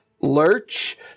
lurch